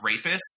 rapists